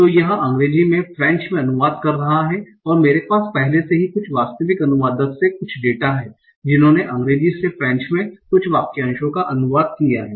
तो यह अंग्रेजी से फ्रेंच में अनुवाद कर रहा है और मेरे पास पहले से ही कुछ वास्तविक अनुवादक से कुछ डेटा है जिन्होंने अंग्रेजी से फ्रेंच में कुछ वाक्यों का अनुवाद किया है